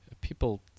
people